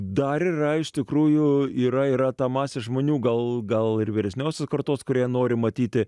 dar yra iš tikrųjų yra yra ta masė žmonių gal gal ir vyresniosios kartos kurie nori matyti